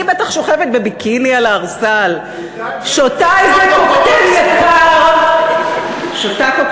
היא בטח שוכבת בביקיני על הערסל, מובטל גבר זה כמו